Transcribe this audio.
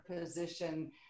position